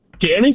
Danny